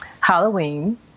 Halloween